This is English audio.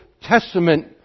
Testament